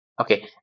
okay